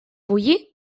bullir